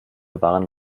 waren